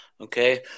Okay